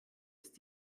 ist